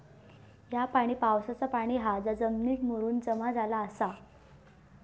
ह्या पाणी पावसाचा पाणी हा जा जमिनीत मुरून जमा झाला आसा